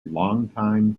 longtime